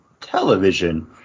Television